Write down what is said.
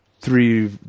three